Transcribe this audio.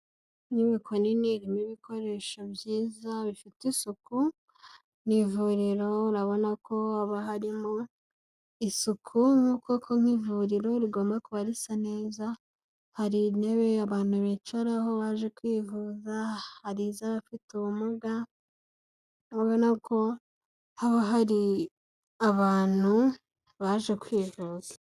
Inyubako nini irimo ibikoresho byiza bifite isuku ,ni ivuriro urabonako haba harimo isuku , koko nk'ivuriro rigomba kuba risa neza hari intebe abantu bicaraho baje kwivuza ,hari izabafite ubumuga urabonako haba hari abantu baje kwivuza.